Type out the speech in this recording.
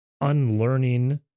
unlearning